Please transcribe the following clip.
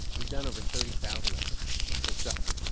he's done over thirty thousand of them himself.